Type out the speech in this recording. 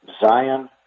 Zion